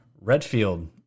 Redfield